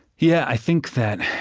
yeah i think that